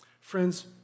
Friends